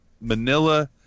Manila